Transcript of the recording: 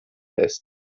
lässt